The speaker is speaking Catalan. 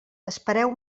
espereu